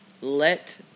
let